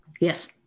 Yes